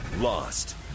lost